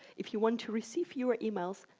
if you want to receive fewer emails,